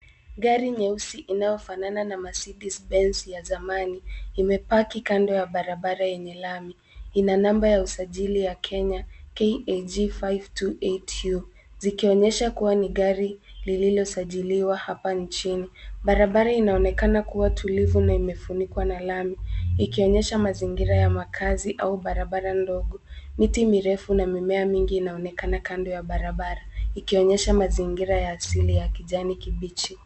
Gari nyeusi inayofanana na Mercedes Benz ya zamani, imepaki kando ya barabara yenye lami, ina namba ya usajili ya Kenya KAG 528U zikionyesha kuwa ni gari lililosajiliwa hapa nchini. Barabara inaonekana kuwa tulivu na imefunikwa na lami ikionyesha mazingira ya makazi au barabara ndogo. Miti mirefu na mimea mingi inaonekana kando ya barabara ikionyesha mazingira ya asili ya kijani kibichi.